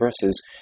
verses